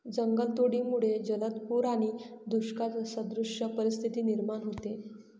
जंगलतोडीमुळे जलद पूर आणि दुष्काळसदृश परिस्थिती निर्माण होते